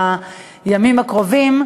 בימים הקרובים,